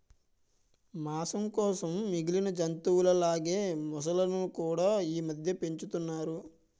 మాంసం కోసం మిగిలిన జంతువుల లాగే మొసళ్ళును కూడా ఈమధ్య పెంచుతున్నారు